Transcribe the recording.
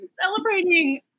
celebrating